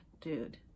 dude